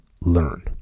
learn